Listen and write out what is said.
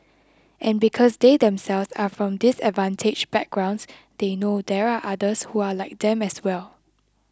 and because they themselves are from disadvantaged backgrounds they know there are others who are like them as well